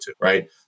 right